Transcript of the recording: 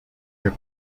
your